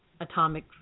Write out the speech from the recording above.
atomic